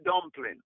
dumpling